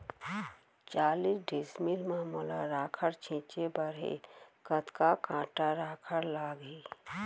चालीस डिसमिल म मोला राखड़ छिंचे बर हे कतका काठा राखड़ लागही?